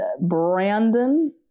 Brandon